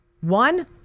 One